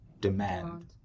demand